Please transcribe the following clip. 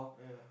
yeah